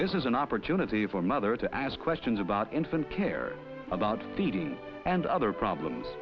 this is an opportunity for mother to ask questions about infant care about d d and other problems